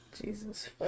Jesus